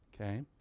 Okay